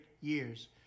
years